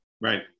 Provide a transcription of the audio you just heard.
Right